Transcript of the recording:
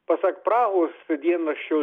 pasak prahos dienraščio